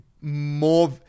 more